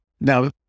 Now